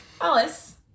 Alice